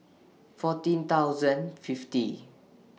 fourteen thousand fifty